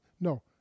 No